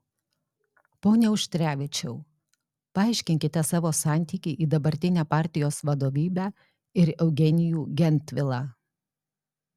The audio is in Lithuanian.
pone auštrevičiau paaiškinkite savo santykį į dabartinę partijos vadovybę ir eugenijų gentvilą